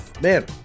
Man